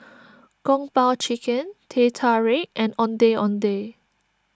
Kung Po Chicken Teh Tarik and Ondeh Ondeh